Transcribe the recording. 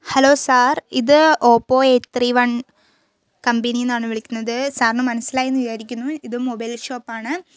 hello sir ഇത് Oppo eight three one കമ്പനിയിൽ നിന്നുമാണ് വിളിക്കുന്നത് സാറിന് മനസിലായി എന്ന് വിചാരിക്കുന്നു ഇത് മൊബൈൽ ഷോപ്പാണ്